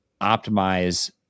optimize